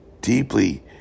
deeply